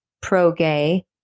pro-gay